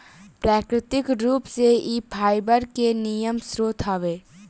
प्राकृतिक रूप से इ फाइबर के निमन स्रोत हवे